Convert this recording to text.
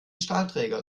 stahlträger